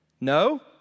No